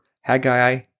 Haggai